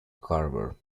carver